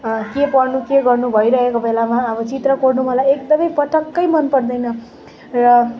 के पढ्नु के गर्नु भइरहेको बेलामा अब चित्र कोर्नु मलाई एकदमै पट्टकै मनपर्दैन र